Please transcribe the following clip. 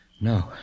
No